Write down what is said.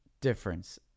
difference